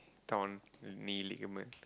torn knee ligament